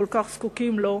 כל כך זקוקים לו,